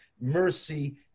mercy